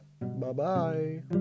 Bye-bye